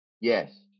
Yes